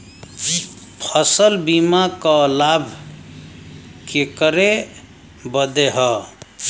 फसल बीमा क लाभ केकरे बदे ह?